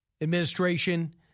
administration